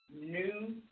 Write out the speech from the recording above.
new